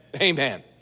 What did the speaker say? Amen